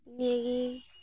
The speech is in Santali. ᱱᱤᱭᱟᱹᱜᱮ